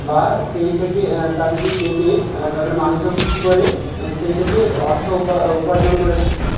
বা সেই থেকে তাদেরকে কেটে তাদেরকে মাংস বিক্রি করে সেই থেকে অর্থ উপা উপার্জন করে থাকি